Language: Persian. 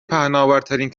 پهناورترین